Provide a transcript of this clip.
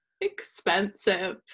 expensive